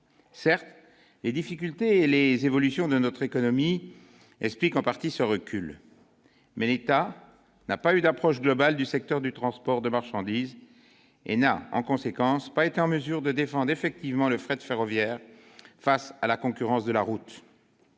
Certes, les difficultés et les évolutions de notre économie expliquent en partie ce recul. Mais l'État n'a pas eu d'approche globale du secteur du transport de marchandises, et n'a donc pas été en mesure de défendre effectivement le fret ferroviaire face à la concurrence de la route.